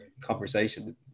conversation